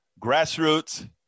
grassroots